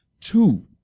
two